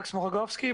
מקס מורוגובסקי,